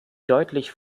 deutlich